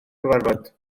cyfarfod